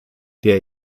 der